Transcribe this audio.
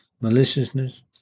maliciousness